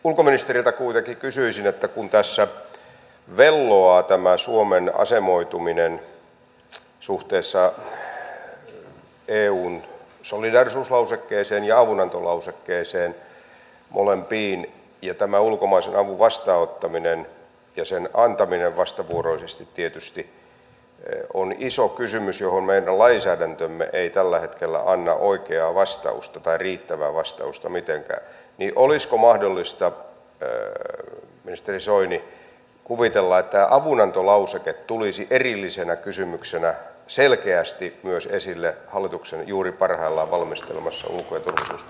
ulkoministeriltä kuitenkin kysyisin kun tässä velloo tämä suomen asemoituminen suhteessa eun solidaarisuuslausekkeeseen ja avunantolausekkeeseen molempiin ja tämä ulkomaisen avun vastaanottaminen ja sen antaminen vastavuoroisesti tietysti on iso kysymys johon meidän lainsäädäntömme ei tällä hetkellä anna oikeaa tai mitenkään riittävää vastausta että olisiko mahdollista ministeri soini kuvitella että tämä avunantolauseke tulisi erillisenä kysymyksenä selkeästi myös esille hallituksen juuri parhaillaan valmistelemassa ulko ja turvallisuuspoliittisessa selonteossa